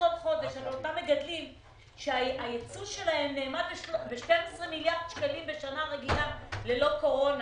אותם מגדלים נאמד ב-12 מיליארד שקלים בשנה ללא קורונה,